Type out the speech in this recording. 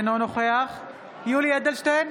אינו נוכח יולי יואל אדלשטיין,